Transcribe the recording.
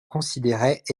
considérait